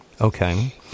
Okay